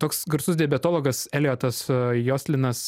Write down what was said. toks garsus diabetologas eliotas jostlinas